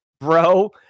bro